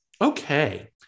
Okay